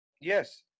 Yes